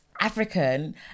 African